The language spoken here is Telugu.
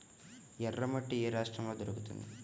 ఎర్రమట్టి ఏ రాష్ట్రంలో దొరుకుతుంది?